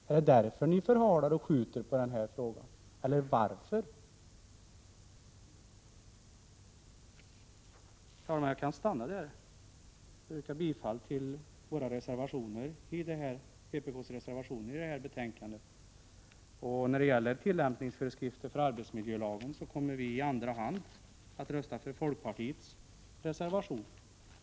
Är det därför ni förhalar och skjuter på den här frågan? Herr talman! Jag kan sluta mitt inlägg här och yrka bifall till vpk:s reservationer i detta betänkande. När det gäller tillämpningsföreskrifter till arbetsmiljölagen kommer vi i andra hand att rösta för folkpartiets reservation.